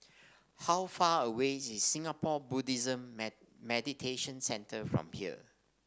how far away is Singapore Buddhist Meditation Centre from here